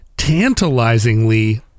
tantalizingly